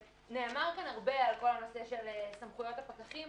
נאמר כאן הרבה על כל הנושא של סמכויות הפקחים,